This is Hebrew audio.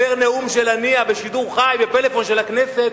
נאום של הנייה בשידור חי בפלאפון של הכנסת,